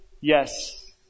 Yes